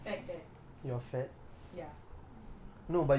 uh ya so everybody will just bypass the fact that